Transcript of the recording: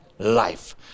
life